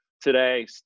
today